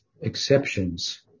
exceptions